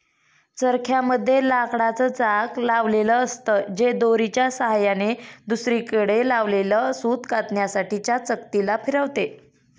चरख्या मध्ये लाकडाच चाक लावलेल असत, जे दोरीच्या सहाय्याने दुसरीकडे लावलेल सूत कातण्यासाठी च्या चकती ला फिरवते